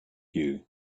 you